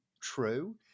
true